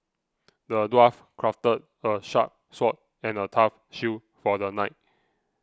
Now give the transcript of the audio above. the dwarf crafted a sharp sword and a tough shield for the knight